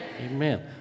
Amen